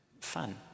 fun